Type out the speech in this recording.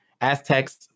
Aztecs